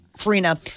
Farina